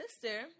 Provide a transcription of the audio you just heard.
sister